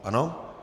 Ano?